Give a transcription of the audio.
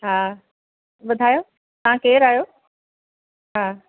हा ॿुधायो तव्हां केर आयो हा